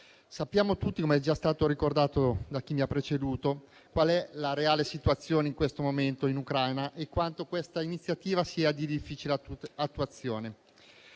Sappiamo tutti - come è già stato ricordato da chi mi ha preceduto - qual è la reale situazione in questo momento in Ucraina e quanto questa iniziativa sia di difficile attuazione.